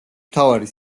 მთავარი